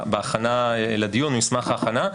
בהכנה לדיון מסמך ההכנה,